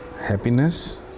happiness